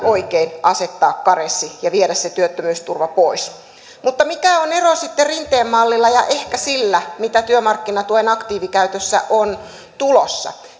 oikein asettaa karenssi ja viedä se työttömyysturva pois mutta mikä on ero sitten rinteen mallilla ja ehkä sillä mitä työmarkkinatuen aktiivikäytössä on tulossa